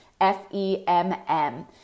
F-E-M-M